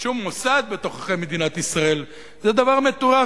שום מוסד בתוככי מדינת ישראל זה דבר מטורף